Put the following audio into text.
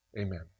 amen